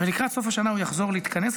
לקראת סוף השנה הוא יחזור להתכנס.